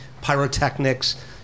pyrotechnics